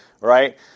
right